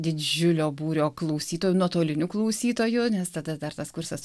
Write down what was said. didžiulio būrio klausytojų nuotolinių klausytojų nes tada dar tas kursas